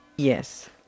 Yes